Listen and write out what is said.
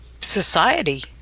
society